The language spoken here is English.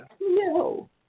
no